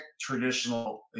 traditional